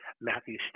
Matthew